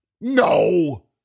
No